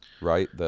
right